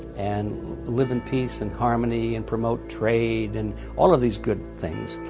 and live in peace and harmony, and promote trade and. all of these good things.